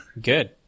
Good